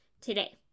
today